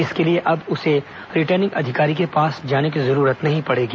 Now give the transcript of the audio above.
इसके लिए अब उसे रिटर्निंग अधिकारी के पास जाने की जरूरत नही पड़ेंगी